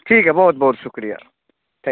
ठीक है बहुत बहुत शुक्रिया थैंक